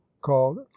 called